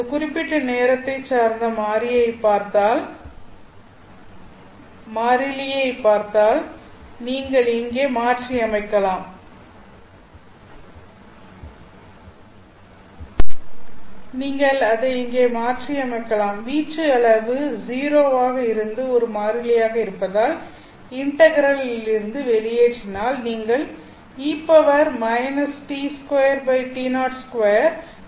இந்த குறிப்பிட்ட நேரத்தை சார்ந்த மாறிலியை பார்த்தால் நீங்கள் அதை இங்கே மாற்றியமைக்கலாம் வீச்சு அளவு 0 ஒரு மாறிலியாக இருப்பதால் இன்டெக்ரெல் இருந்து வெளியேற்றினால் நீங்கள் ஐ பெறுகிறீர்கள்